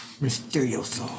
Mysterious